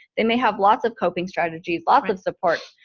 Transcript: they may have lots of coping strategies, lots of support.